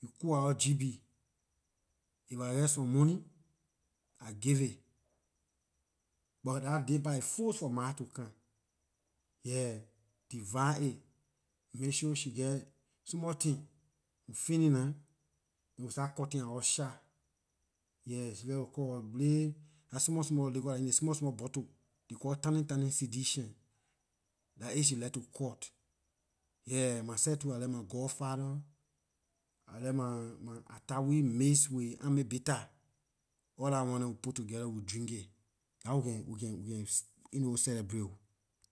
you cook our gb if I geh some money I give it, buh dah day par aay force for mah to come, yeah, divide it, make sure she geh small thing we fini nah we start cutting our shot, yeah, she like to cut her ley dah small small liquor dah in ley small small bottle ley call tiny tiny cdcian, dah it she like to cut. My seh too I like my godfather I like my atatwe mix with army bitter all dah one dem we put together we drink it dah how we can- we can celebrate ooo.